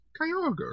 Kyogre